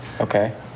Okay